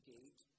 Gate